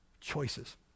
Choices